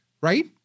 right